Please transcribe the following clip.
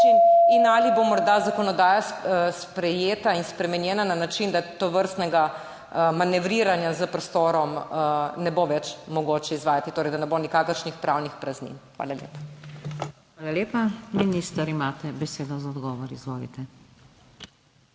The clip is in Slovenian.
Ali bo morda zakonodaja sprejeta in spremenjena na način, da tovrstnega manevriranja s prostorom ne bo več mogoče izvajati, torej da ne bo nikakršnih pravnih praznin? Hvala lepa. PODPREDSEDNICA NATAŠA SUKIČ: Hvala lepa. Minister, imate besedo za odgovor. Izvolite.